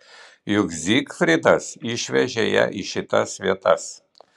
juk zigfridas išvežė ją į šitas vietas